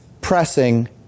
pressing